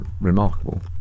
remarkable